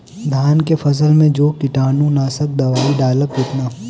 धान के फसल मे जो कीटानु नाशक दवाई डालब कितना?